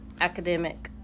academic